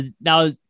now